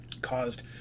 Caused